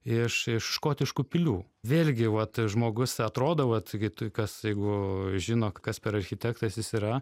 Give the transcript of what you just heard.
iš škotiškų pilių vėlgi vat žmogus atrodo vat gi tu kas jeigu žino kas per architektas jis yra